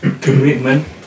commitment